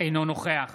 אינו נוכח